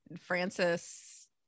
Francis